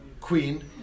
queen